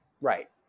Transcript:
right